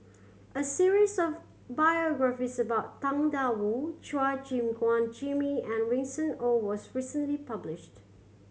a series of biographies about Tang Da Wu Chua Gim Guan Jimmy and Winston Oh was recently published